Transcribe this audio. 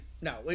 No